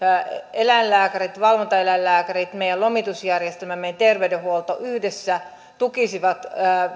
eläinlääkärit valvontaeläinlääkärit meidän lomitusjärjestelmä meidän terveydenhuolto yhdessä tukisivat